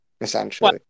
essentially